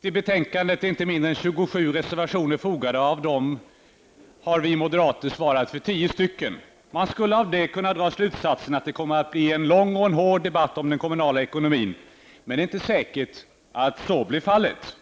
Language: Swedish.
Till betänkandet är inte mindre än 27 reservationer fogade, och av dem svarar vi moderater för 10. Man skulle av detta kunna dra slutsatsen att det kommer att bli en lång och hård debatt om den kommunala ekonomin, men det är inte säkert att så blir fallet.